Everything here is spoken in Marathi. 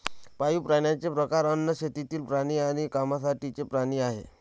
पाळीव प्राण्यांचे प्रकार अन्न, शेतातील प्राणी आणि कामासाठीचे प्राणी आहेत